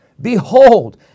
Behold